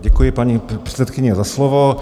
Děkuji, paní předsedkyně, za slovo.